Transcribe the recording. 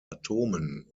atomen